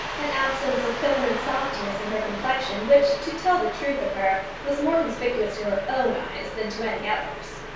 an absence of feminine softness in her complexion, which, to tell the truth of her, was more conspicuous to her own eyes than to any others.